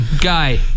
Guy